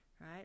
right